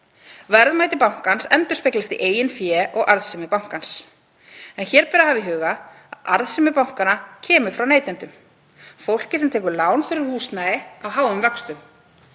Verðmæti bankans endurspeglast í eigin fé og arðsemi bankans en hér ber að hafa í huga að arðsemi bankanna kemur frá neytendum, fólkinu sem tekur lán fyrir húsnæði á háum vöxtum.